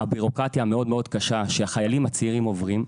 הביורוקרטיה הקשה מאוד שהחיילים הצעירים עוברים,